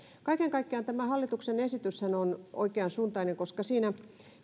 kaiken kaikkiaan tämä hallituksen esityshän on oikeansuuntainen koska siinä